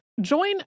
Join